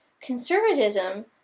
conservatism